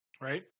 Right